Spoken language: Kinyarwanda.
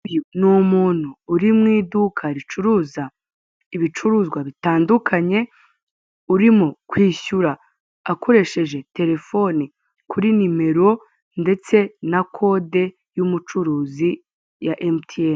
Uyu ni umuntu uri mu iduka ricuruza ibicuruzwa bitandukanye urimo, urimo kwishyura akoresheje terefone kuri n'imero ndetse na kode y'umucuruzi ya emutiyene.